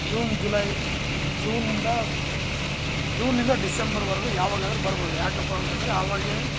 June July June ಇಂದ ಜೂನ್ನಿಂದ ಡಿಸೆಂಬರ್ವರ್ಗು ಯಾವಾಗಾದ್ರೂ ಬರಬೋದು ಯಾಕಪ್ಪ ಅಂತಂದ್ರೆ ಅವಾಗಲೆ